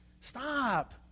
Stop